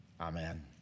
Amen